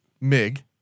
mig